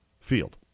field